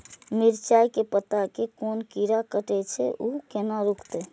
मिरचाय के पत्ता के कोन कीरा कटे छे ऊ केना रुकते?